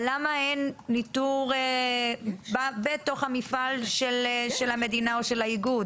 אבל למה אין ניטור בתוך המפעל של המדינה או של האיגוד?